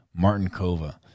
Martinkova